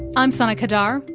i'm sana qadar.